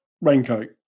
raincoat